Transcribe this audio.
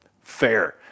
fair